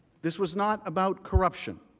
this was not about corruption.